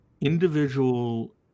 individual